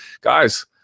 Guys